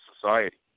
society